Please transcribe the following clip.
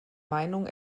meinung